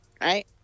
right